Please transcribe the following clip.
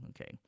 Okay